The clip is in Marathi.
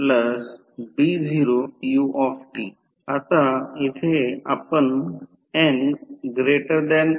तर हे प्रत्यक्षात आहे I 0 परिमाण 1 आणि कोन 60 o अँपिअर असेल